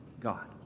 God